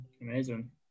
Amazing